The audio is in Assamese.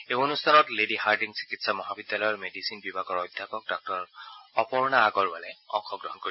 এই অনুষ্ঠানত লেডী হাৰ্ডিং চিকিৎসা মহাবিদ্যালয়ৰ মেডিচিন বিভাগৰ অধ্যাপক ডাঃ অপৰ্ণা আগৰবালে অংশগ্ৰহণ কৰিব